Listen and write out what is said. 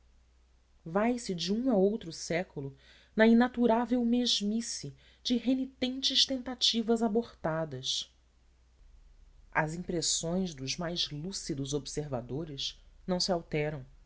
barreiras vai-se de um a outro século na inaturável mesmice de renitentes tentativas abortadas as impressões dos mais lúcidos observadores não se alteram